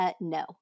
No